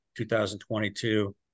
2022